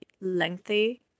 lengthy